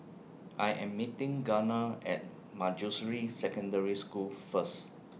I Am meeting Gunnar At Manjusri Secondary School First